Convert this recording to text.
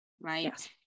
right